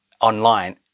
online